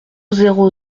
zéro